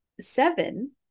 seven